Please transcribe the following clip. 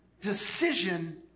decision